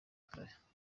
kare